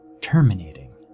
terminating